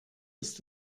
ist